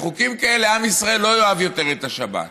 בחוקים כאלה עם ישראל לא יאהב יותר את השבת,